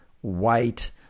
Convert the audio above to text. white